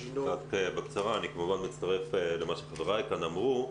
אני כמובן מצטרף למה שחבריי כאן אמרו,